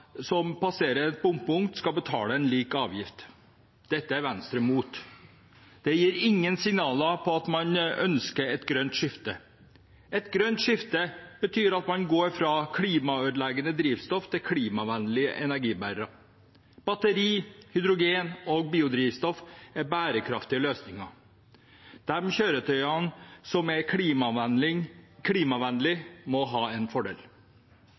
som passerer et bompunkt, skal betale lik avgift. Dette er Venstre mot. Det gir ingen signaler om at man ønsker et grønt skifte. Et grønt skifte betyr at man går fra klimaødeleggende drivstoff til klimavennlige energibærere. Batteri, hydrogen og biodrivstoff er bærekraftige løsninger. De kjøretøyene som er klimavennlige, må ha en fordel.